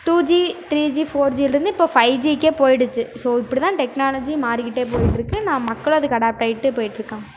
two G three G four ஜியிலிருந்து இப்போது five ஜிக்கே போயிடுச்சு ஸோ இப்படி தான் டெக்னாலஜி மாறிகிட்டே போயிட்டிருக்குன்னு மக்களும் அதுக்கு அடாப்ட் ஆயிட்டு போயிட்டிருக்காங்க